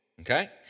Okay